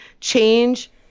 change